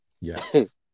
Yes